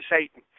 Satan